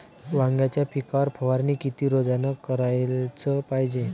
वांग्याच्या पिकावर फवारनी किती रोजानं कराच पायजे?